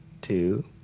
two